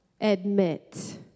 Admit